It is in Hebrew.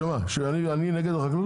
שאני נגד החקלאות?